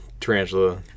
tarantula